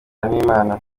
n’imana